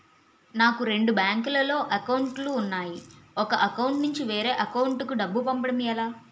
నాకు రెండు బ్యాంక్ లో లో అకౌంట్ లు ఉన్నాయి ఒక అకౌంట్ నుంచి వేరే అకౌంట్ కు డబ్బు పంపడం ఎలా?